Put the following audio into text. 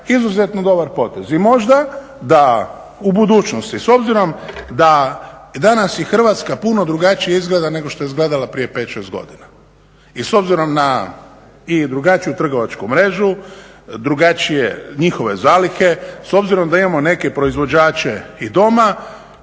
izuzetno dobar potez. I možda da u budućnosti s obzirom da danas i Hrvatska puno drugačije izgleda nego što je izgledala prije 5-6 godina i s obzirom na i drugačiju trgovačku mrežu, drugačije njihove zalihe, s obzirom da imamo neke proizvođače i doma